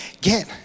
Get